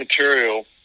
material